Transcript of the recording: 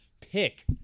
pick